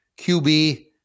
QB